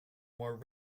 more